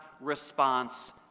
response